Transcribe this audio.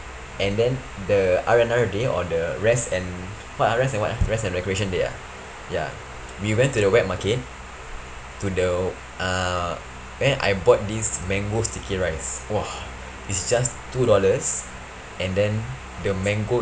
and then the R and R day or the rest and what ah rest and what ah rest and recreation day ah ya we went to the wet market to the uh there I bought this mango sticky rice !wah! is just two dollars and then the mango